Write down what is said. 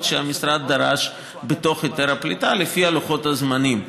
שהמשרד דרש בתוך היתר הפליטה לפי לוחות הזמנים.